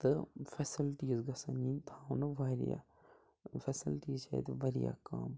تہٕ فیسَلٹیٖز گَژھیٚن یِنۍ تھاونہٕ واریاہ فیسَلٹیٖز چھِ اَتہِ واریاہ کَم